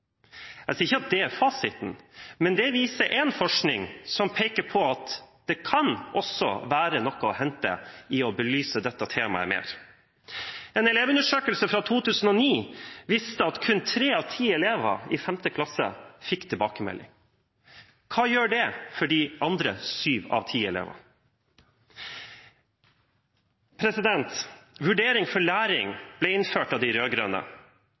Jeg sier ikke at det er fasiten, men det viser én forskning som peker på at det kan også være noe å hente i å belyse dette temaet mer. En elevundersøkelse fra 2009 viste at kun tre av ti elever i 5. klasse fikk tilbakemelding. Hva gjør det for de andre syv av ti elevene? Vurdering for læring ble innført av de